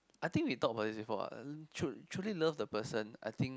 I think we talk about this before what true truly love the person I think